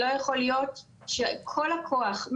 לא יכול להיות שכל הכוח,